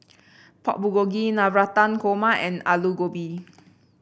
Pork Bulgogi Navratan Korma and Alu Gobi